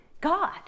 God